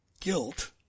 guilt